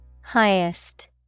Highest